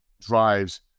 drives